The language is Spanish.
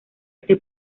este